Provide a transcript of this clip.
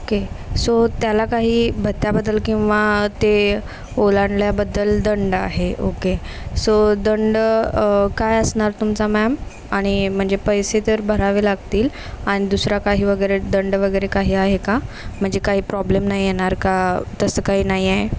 okay so त्याला काही भत्त्याबद्दल किंवा ते ओलांडल्याबद्दल दंड आहे ओके सो दंड काय असणार तुमचा मॅम आणि म्हणजे पैसे तर भरावे लागतील आणि दुसरा काही वगैरे दंड वगैरे काही आहे का म्हणजे काही प्रॉब्लेम नाही येणार का तसं काही नाही आहे